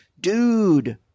Dude